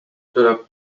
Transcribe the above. tuleb